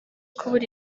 kubura